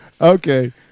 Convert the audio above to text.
Okay